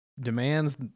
Demands